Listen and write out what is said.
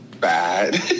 bad